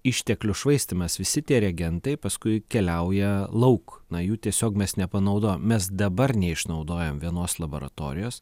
išteklių švaistymas visi tie reagentai paskui keliauja lauk na jų tiesiog mes nepanaudojam mes dabar neišnaudojam vienos laboratorijos